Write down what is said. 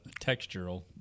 textural